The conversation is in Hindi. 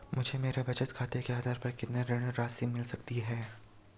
मुझे मेरे बचत खाते के आधार पर कितनी ऋण राशि मिल सकती है?